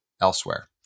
elsewhere